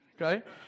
Okay